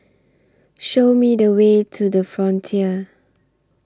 Show Me The Way to The Frontier